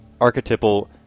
archetypal